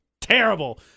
terrible